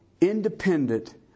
independent